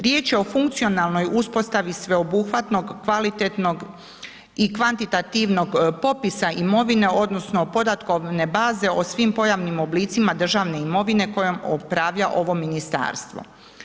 Riječ je o funkcionalnoj uspostavi sveobuhvatnog kvalitetnog i kvantitativnog popisa imovine odnosno podatkovne baze o svim pojavnim oblicima državne imovine kojom upravlja ovo ministarstvo.